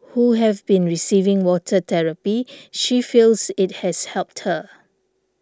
who have been receiving water therapy she feels it has helped her